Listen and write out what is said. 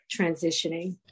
transitioning